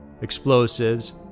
Explosives